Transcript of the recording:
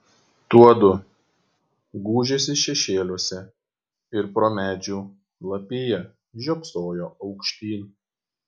tuodu gūžėsi šešėliuose ir pro medžių lapiją žiopsojo aukštyn